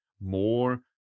more